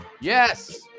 Yes